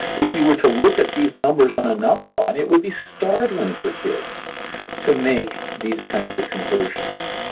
if you were to look at these numbers on a number line, it would be startling for kids to make these kinds of conversions.